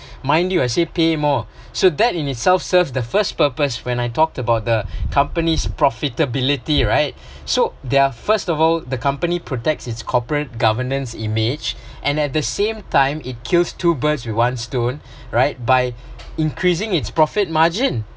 mind you ah say pay more so that in itself serves the first purpose when I talked about the company's profitability right so there are first of all the company protects its corporate governance image and at the same time it kill two birds with one stone right by increasing its profit margin